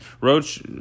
Roach